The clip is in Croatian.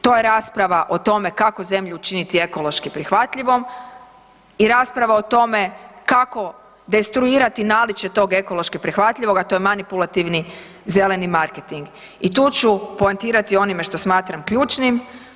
To je rasprava o tome kako Zemlju učiniti ekološki prihvatljivom i rasprava o tome kako destruirati naličje tog ekološki prihvatljivoga, a to je manipulativni zeleni marketing i tu ću poentirati onime što smatram ključnim.